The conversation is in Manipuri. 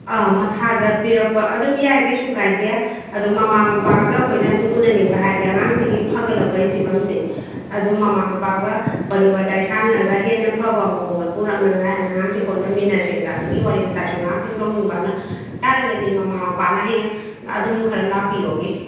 ꯃꯁꯥꯗ ꯄꯤꯔꯛꯄ ꯑꯗꯨꯝ ꯌꯥꯏ ꯀꯩꯁꯨ ꯀꯥꯏꯗꯦ ꯑꯗꯣ ꯃꯃꯥ ꯃꯄꯥꯒ ꯑꯩꯈꯣꯏꯅ ꯑꯗꯨꯝ ꯎꯅꯅꯤꯡꯕ ꯍꯥꯏꯗꯤ ꯑꯉꯥꯡꯁꯤꯒꯤ ꯐꯒꯠꯂꯛꯄꯒꯤ ꯐꯤꯕꯝꯁꯦ ꯑꯗꯨꯝ ꯃꯃꯥ ꯃꯄꯥꯒ ꯋꯥꯔꯤ ꯋꯥꯇꯥꯏ ꯁꯥꯟꯅꯔꯒ ꯍꯦꯟꯅ ꯐꯥꯕ ꯃꯑꯣꯡꯗ ꯄꯨꯔꯛꯅꯉꯥꯏ ꯑꯉꯥꯡꯁꯦ ꯍꯣꯠꯅꯃꯤꯅꯁꯦꯅ ꯑꯗꯨꯒꯤ ꯋꯥꯔꯤ ꯋꯥꯇꯥꯏꯁꯨ ꯉꯥꯏꯍꯥꯛꯇꯪ ꯇꯧꯅꯤꯡꯕ ꯑꯗꯨꯅ ꯌꯥꯔꯒꯗꯤ ꯃꯃꯥ ꯃꯄꯥꯅ ꯍꯌꯦꯡ ꯑꯗꯨꯝ ꯈꯔ ꯂꯥꯛꯄꯤꯌꯣ